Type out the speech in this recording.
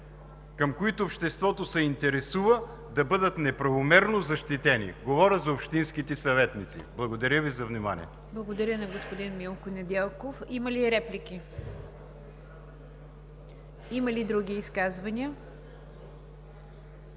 от които обществото се интересува, да бъдат неправомерно защитени. Говоря за общинските съветници. Благодаря Ви за вниманието. ПРЕДСЕДАТЕЛ НИГЯР ДЖАФЕР: Благодаря на господин Милко Недялков. Има ли реплики? Има ли други изказвания?